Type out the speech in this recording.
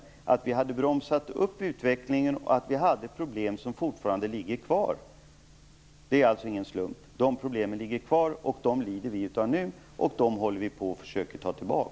Jag sade att vi har bromsat upp utvecklingen och har problem som fortfarande ligger kvar. Det är ingen slump att vi nu lider av dessa, och vi försöker nu komma till rätta med dem.